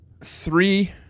three